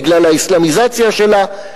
בגלל האסלאמיזציה שלה,